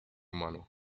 mano